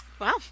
Wow